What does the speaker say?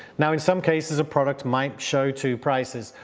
now, in some cases, a product might show two prices.